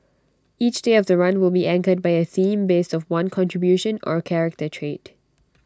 each day of the run will be anchored by A theme based of one contribution or character trait